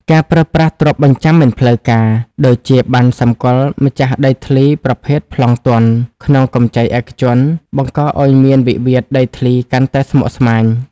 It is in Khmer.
ការប្រើប្រាស់ទ្រព្យបញ្ចាំមិនផ្លូវការ (ដូចជាប័ណ្ណសម្គាល់ម្ចាស់ដីធ្លីប្រភេទប្លង់ទន់) ក្នុងកម្ចីឯកជន បង្កឱ្យមានវិវាទដីធ្លីកាន់តែស្មុគស្មាញ។